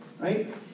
right